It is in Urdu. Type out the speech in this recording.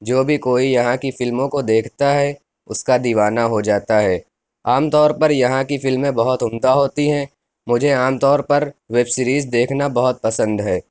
جو بھی کوئی یہاں کی فلموں کو دیکھتا ہے اُس کا دیوانہ ہو جاتا ہے عام طور پر یہاں کی فلمیں بہت عمدہ ہوتی ہیں مجھے عام طور پر ویب سیریز دیکھنا بہت پسند ہے